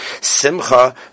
Simcha